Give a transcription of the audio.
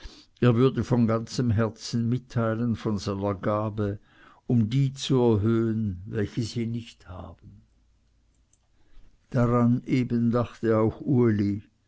er würde von ganzem herzen mit teilen von seiner gabe um die zu erhöhen welche sie nicht haben daran eben dachte auch uli